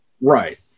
Right